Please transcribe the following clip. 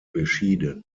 beschieden